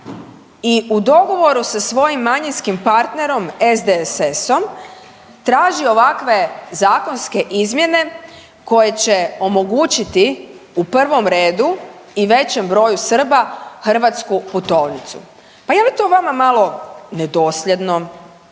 i u dogovoru sa svojim manjinskim partnerom SDSS-om traži ovakve zakonske izmjene koje će omogućiti u prvom redu i većem broju Srba hrvatsku putovnicu. Pa je li to vama malo nedosljedno,